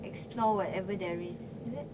explore wherever there is is it